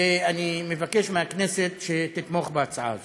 ואני מבקש מהכנסת שתתמוך בהצעה הזאת.